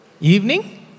evening